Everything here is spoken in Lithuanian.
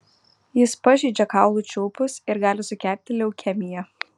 jis pažeidžia kaulų čiulpus ir gali sukelti leukemiją